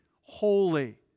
holy